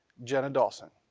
jenna dawson.